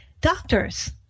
doctors